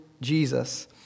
Jesus